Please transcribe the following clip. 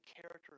character